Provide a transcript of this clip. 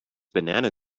banana